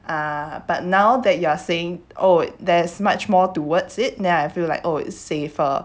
uh but now that you are saying oh there's much more towards it then I feel like oh it's safer